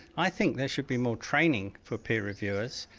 i think there should be more training for peer reviewers,